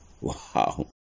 Wow